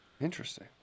Interesting